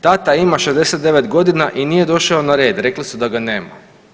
Tata ima 69 godina i nije došao na red, rekli su da ga nema.